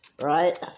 right